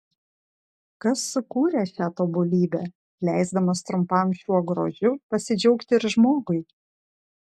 kas sukūrė šią tobulybę leisdamas trumpam šiuo grožiu pasidžiaugti ir žmogui